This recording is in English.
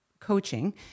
Coaching